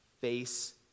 face